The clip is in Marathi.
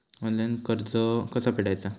ऑनलाइन कर्ज कसा फेडायचा?